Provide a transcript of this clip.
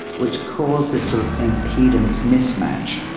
which caused this sort of impedance mismatch.